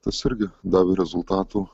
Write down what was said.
tas irgi davė rezultatų